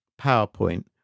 PowerPoint